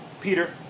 Peter